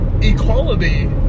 equality